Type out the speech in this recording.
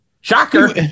Shocker